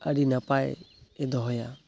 ᱟᱹᱰᱤ ᱱᱟᱯᱟᱭᱮ ᱫᱚᱦᱚᱭᱟ